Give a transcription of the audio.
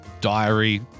diary